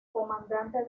comandante